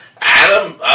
Adam